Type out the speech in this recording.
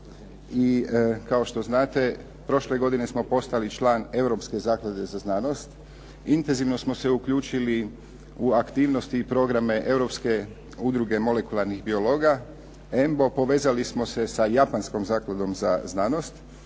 I kao što znate prošle godine smo postali član Europske zaklade za znanost, intenzivno smo se uključili u aktivnosti i programe europske udruge molekularnih biologa EMBO, povezali smo se sa japanskom Zakladom za znanost.